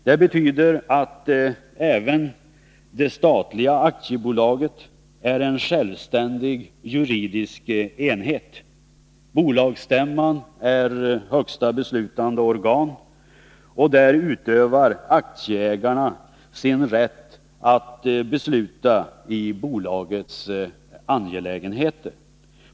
Det betyder att även det statliga aktiebolaget är en självständig juridisk enhet. Bolagsstämman är högsta beslutande organ och där utövar aktieägarna sin rätt att besluta i bolagets angelägenheter.